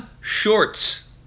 Shorts